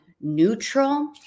neutral